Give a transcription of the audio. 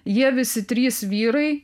jie visi trys vyrai